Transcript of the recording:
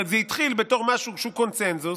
זה התחיל בתור משהו שהוא קונסנזוס,